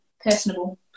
Personable